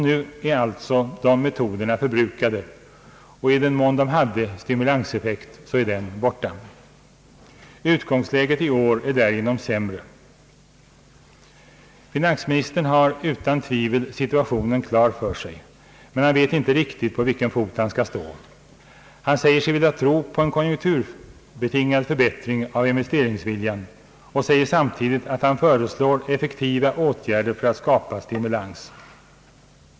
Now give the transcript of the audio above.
Nu är alltså de metoderna förbrukade, och i den mån de hade stimulanseffekt är den borta. Utgångsläget i år är därigenom sämre. Finansministern har utan tvivel situationen klar för sig, men han vet inte riktigt vilken fot han skall stå på han säger sig vilja tro på en konjunkturbetingad förbättring av investeringsviljan och säger samtidigt att han föreslår effektiva åtgärder för att skapa stimulans.